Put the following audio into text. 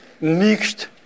mixed